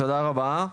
תודה רבה.